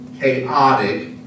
chaotic